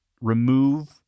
remove